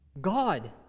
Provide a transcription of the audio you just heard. God